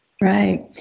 Right